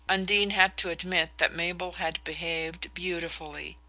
undine had to admit that mabel had behaved beautifully.